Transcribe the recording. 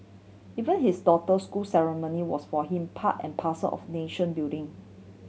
even his daughter's school ceremony was for him part and parcel of nation building